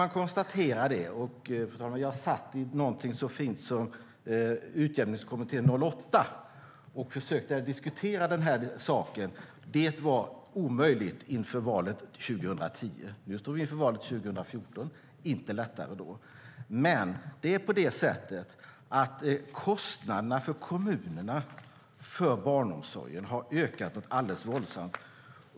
Jag satt i någonting så fint som Utjämningskommittén.08 och försökte diskutera den här saken. Det var omöjligt inför valet 2010. Nu står vi inför valet 2014. Det är inte lättare nu. Men kostnaderna för kommunerna för barnomsorgen har ökat något alldeles våldsamt.